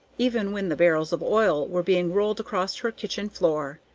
even when the barrels of oil were being rolled across her kitchen floor.